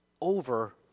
over